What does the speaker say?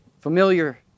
familiar